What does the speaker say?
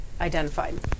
identified